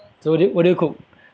so do you what do you cook